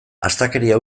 astakeria